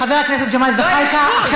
חבר הכנסת ג'מאל זחאלקה, לא, יש